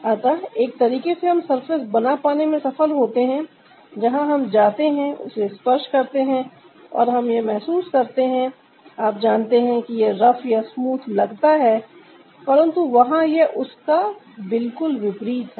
अतः एक तरीके से हम सरफेस बना पाने में सफल होते हैं जहां हम जाते हैं उसे स्पर्श करते हैं और हम यह महसूस करते हैं आप जानते हैं कि यह रफ या स्मूथ लगता है परंतु वहां यह उसका बिल्कुल विपरीत है